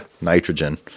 nitrogen